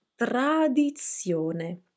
tradizione